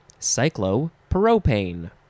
Cyclopropane